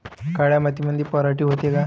काळ्या मातीमंदी पराटी होते का?